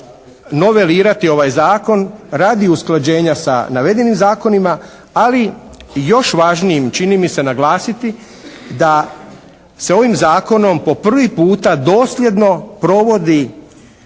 novelirati ovaj zakon radi usklađenja sa navedenim zakonima. Ali još važnijim čini mi se naglasiti da se ovim zakonom po prvi puta dosljedno provode